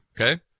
okay